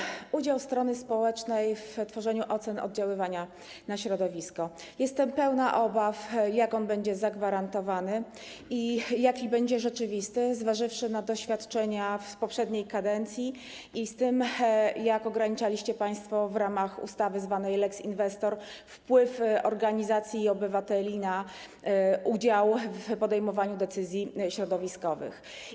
Jeżeli chodzi o udział strony społecznej w tworzeniu ocen oddziaływania na środowisko, jestem pełna obaw, jak on będzie zagwarantowany i jaki będzie rzeczywiście, zważywszy na doświadczenia z poprzedniej kadencji i to, jak ograniczaliście państwo w ramach ustawy zwanej lex inwestor wpływ organizacji i obywateli na udział w podejmowaniu decyzji środowiskowych.